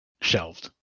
shelved